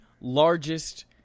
largest